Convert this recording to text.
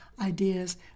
ideas